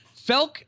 Felk